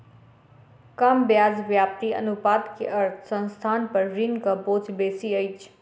कम ब्याज व्याप्ति अनुपात के अर्थ संस्थान पर ऋणक बोझ बेसी अछि